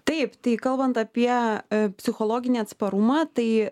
taip tai kalbant apie psichologinį atsparumą tai